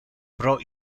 pro